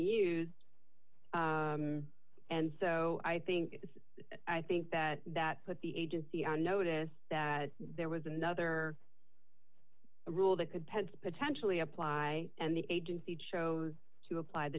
used and so i think i think that that put the agency on notice that there was another rule that could peds potentially apply and the agency chose to apply the